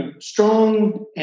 strong